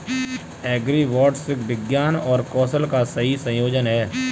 agribots विज्ञान और कौशल का सही संयोजन हैं